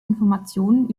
informationen